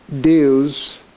deals